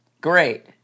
Great